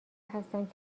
هستند